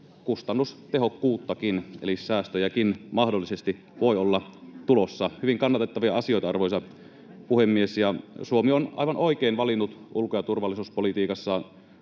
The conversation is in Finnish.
kustannustehokkuuttakin, eli säästöjäkin mahdollisesti voi olla tulossa. Hyvin kannatettavia asioita, arvoisa puhemies. Suomi on aivan oikein valinnut ulko‑ ja turvallisuuspolitiikassaan